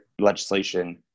legislation